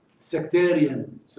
sectarian